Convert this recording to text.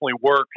work